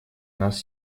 нас